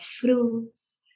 fruits